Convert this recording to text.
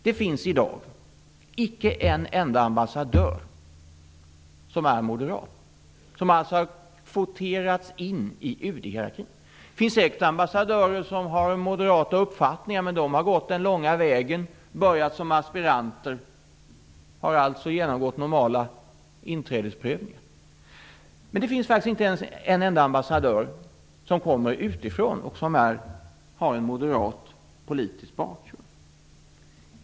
Det finns i dag icke en enda ambassadör som är moderat, som alltså har kvoterats in i UD-hierarkin. Det finns säkert ambassadörer som har moderata uppfattningar, men de har gått den långa vägen, dvs. börjat som aspiranter och genomgått normala inträdesprövningar. Men det finns faktiskt inte en enda ambassadör som kommer utifrån och som har en moderat politisk bakgrund.